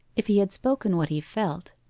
if he had spoken what he felt,